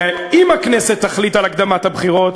שאם הכנסת תחליט על הקדמת הבחירות,